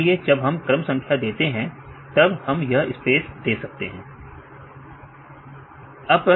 इसलिए जब हम क्रम संख्या देते हैं तब हम यहां स्पेस दे सकते हैं